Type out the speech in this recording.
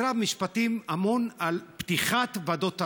משרד המשפטים אמון על פתיחת ועדות ערר.